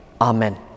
Amen